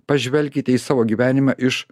pažvelkite į savo gyvenimą iš